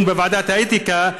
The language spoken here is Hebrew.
דיון בוועדת האתיקה,